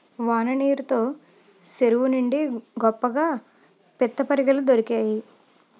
వాన నీరు తో సెరువు నిండి గొప్పగా పిత్తపరిగెలు దొరికేయి